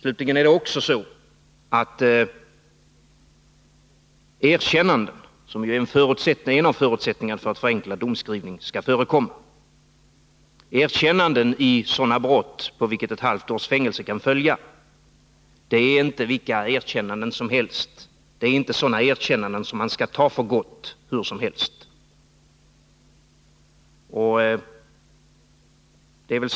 För det tredje är erkännanden — som är en av förutsättningarna för att förenklad domskrivning skall förekomma — i sådana brott på vilka ett halvt års fängelse kan följa inte vilka erkännanden som helst. Sådana erkännanden skall man inte hur som helst ta för gott.